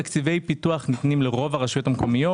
תקציבי פיתוח ניתנים לרוב הרשויות המקומיות.